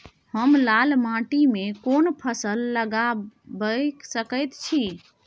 हम लाल माटी में कोन फसल लगाबै सकेत छी?